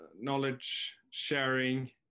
knowledge-sharing